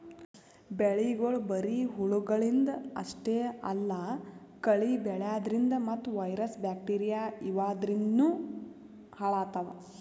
ಬೆಳಿಗೊಳ್ ಬರಿ ಹುಳಗಳಿಂದ್ ಅಷ್ಟೇ ಅಲ್ಲಾ ಕಳಿ ಬೆಳ್ಯಾದ್ರಿನ್ದ ಮತ್ತ್ ವೈರಸ್ ಬ್ಯಾಕ್ಟೀರಿಯಾ ಇವಾದ್ರಿನ್ದನೂ ಹಾಳಾತವ್